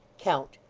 count.